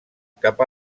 cap